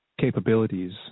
capabilities